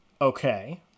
Okay